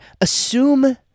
assume